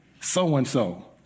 so-and-so